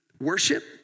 worship